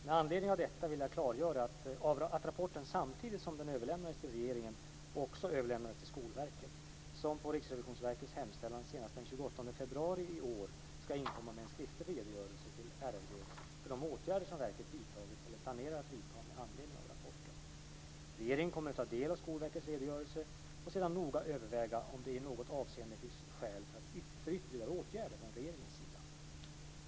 Med anledning av detta vill jag klargöra att rapporten samtidigt som den överlämnades till regeringen också överlämnades till Skolverket, som på Riksrevisionsverkets hemställan senast den 28 februari i år ska inkomma med en skriftlig redogörelse till RRV för de åtgärder som verket vidtagit eller planerar att vidta med anledning av rapporten. Regeringen kommer att ta del av Skolverkets redogörelse och sedan noga överväga om det i något avseende finns skäl för ytterligare åtgärder från regeringens sida.